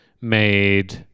made